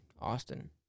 Austin